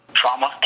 trauma